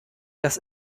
das